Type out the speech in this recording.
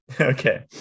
Okay